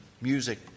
music